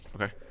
Okay